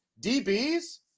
DBs